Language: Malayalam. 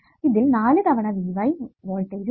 ഇതിൽ 4 തവണ vy വോൾടേജ് ഉണ്ട്